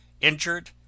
injured